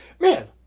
Man